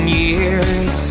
years